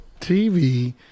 TV